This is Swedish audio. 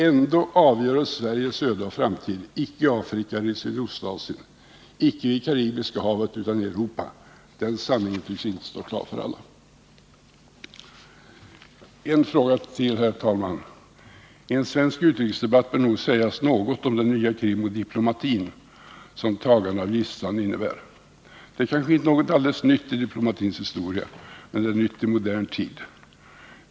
Ändå avgörs Sveriges öde och framtid icke i Afrika eller Sydöstasien, icke vid Karibiska havet utan i Europa. Den sanningen tycks icke stå klar för alla. En sak till, herr talman. I en svensk utrikesdebatt bör nog sägas något om det nya hot mot diplomatin som tagande av gisslan på en ambassad innebär. Det kanske inte är något alldeles nytt i diplomatins historia, men det är nytt i modern tid.